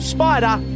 Spider